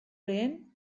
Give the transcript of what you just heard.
lehen